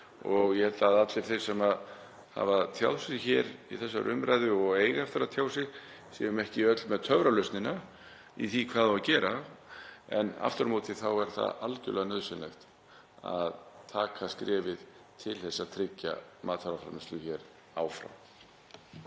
Ég held að allir þeir sem hafa tjáð sig hér í þessari umræðu og eiga eftir að tjá sig séu ekki með töfralausnina í því hvað á að gera en aftur á móti er það algerlega nauðsynlegt að stíga skrefið til að tryggja matvælaframleiðslu hér áfram.